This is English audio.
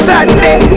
Sunday